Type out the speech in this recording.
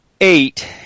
eight